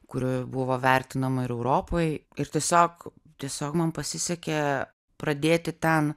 kuri buvo vertinama ir europoj ir tiesiog tiesiog man pasisekė pradėti ten